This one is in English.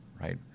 right